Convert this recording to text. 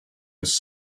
his